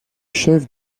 chef